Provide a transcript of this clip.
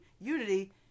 unity